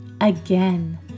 Again